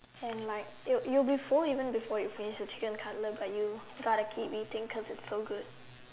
and like you you would be full even before you finish the chicken cutlet but you gotta keep eating because it's so good